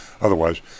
otherwise